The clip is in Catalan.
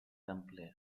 templers